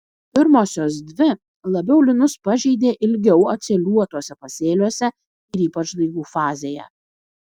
pirmosios dvi labiau linus pažeidė ilgiau atsėliuotuose pasėliuose ir ypač daigų fazėje